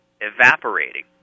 evaporating